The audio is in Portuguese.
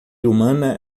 humana